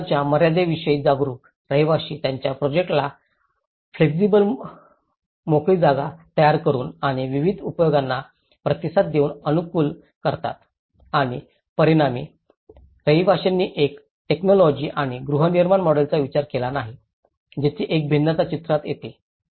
आणि स्त्रोतांच्या मर्यादेविषयी जागरूक रहिवासी त्यांच्या प्रोजेक्टांना फ्लेक्सिबल मोकळी जागा तयार करुन आणि विविध उपयोगांना प्रतिसाद देऊन अनुकूल करतात आणि परिणामी रहिवाश्यांनी एक टेक्नॉलॉजी किंवा गृहनिर्माण मॉडेलचा विचार केला नाही तेथे एक भिन्नता चित्रात येते